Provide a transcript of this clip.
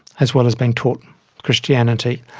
as well as being taught christianity.